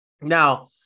Now